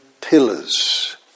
pillars